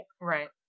right